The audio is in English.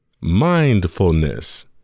Mindfulness